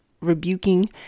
rebuking